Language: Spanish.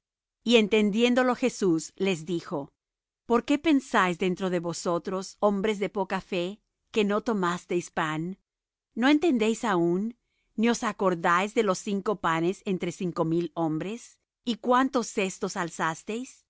y entendiéndolo jesús les dijo por qué pensáis dentro de vosotros hombres de poca fe que no tomasteis pan no entendéis aún ni os acordáis de los cinco panes entre cinco mil hombres y cuántos cestos alzasteis ni de los